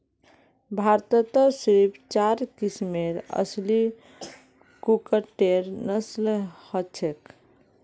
भारतत सिर्फ चार किस्मेर असली कुक्कटेर नस्ल हछेक